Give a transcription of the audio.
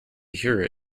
hear